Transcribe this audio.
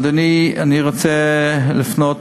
אדוני, אני רוצה לפנות